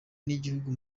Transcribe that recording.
n’igihugu